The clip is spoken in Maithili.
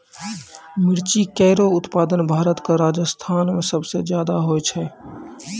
मिर्ची केरो उत्पादन भारत क राजस्थान म सबसे जादा होय छै